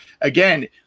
again